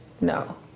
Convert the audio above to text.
No